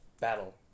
battle